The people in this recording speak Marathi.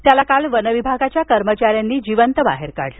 त्याला काल वनविभागाच्या कर्मचाऱ्यांनी जिवंत बाहेर काढलं